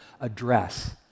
address